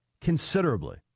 Considerably